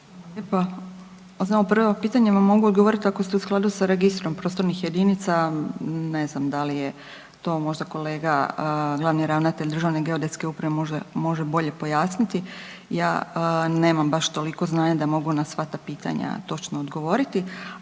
Pa samo prvo pitanje vam mogu odgovoriti, ako ste u skladu sa Registrom prostornih jedinica ne znam da li je to možda kolega, glavni ravnatelj Državne geodetske uprave može bolje pojasniti. Ja nemam baš toliko znanja da mogu na sva ta pitanja točno odgovoriti.